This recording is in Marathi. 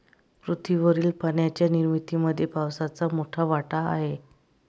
पृथ्वीवरील पाण्याच्या निर्मितीमध्ये पावसाचा मोठा वाटा आहे